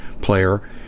player